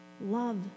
Love